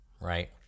right